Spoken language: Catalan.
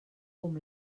com